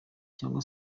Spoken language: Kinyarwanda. cyangwa